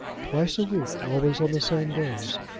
twice a week, always on the same days,